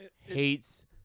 hates